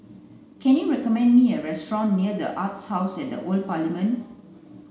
can you recommend me a restaurant near The Arts House at the Old Parliament